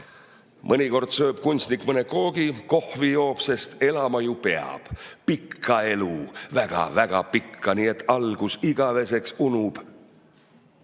Mõnikord sööb kunstnik mõne koogi, / kohvi joob. Sest elama ju peab // pikka elu. Väga, väga pikka, / nii et algus igaveseks unub.